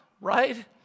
right